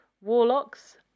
warlocks